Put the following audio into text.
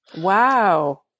Wow